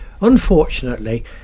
Unfortunately